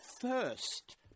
first